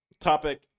Topic